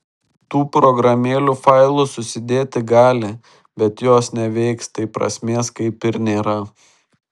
tų programėlių failus susidėti gali bet jos neveiks tai prasmės kaip ir nėra